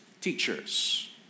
teachers